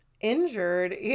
injured